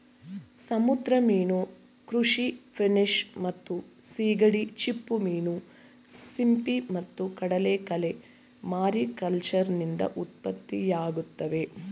ಸಮುದ್ರ ಮೀನು ಕೃಷಿ ಫಿನ್ಫಿಶ್ ಮತ್ತು ಸೀಗಡಿ ಚಿಪ್ಪುಮೀನು ಸಿಂಪಿ ಮತ್ತು ಕಡಲಕಳೆ ಮಾರಿಕಲ್ಚರ್ನಿಂದ ಉತ್ಪತ್ತಿಯಾಗ್ತವೆ